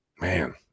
man